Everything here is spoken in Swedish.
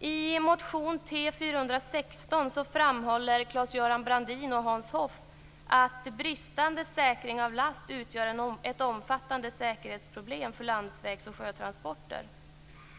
I motion T416 framhåller Claes-Göran Brandin och Hans Hoff att bristande säkring av last utgör ett omfattande säkerhetsproblem för landsvägs och sjötransporter.